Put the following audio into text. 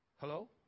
Hello